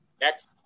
Next